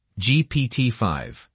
GPT-5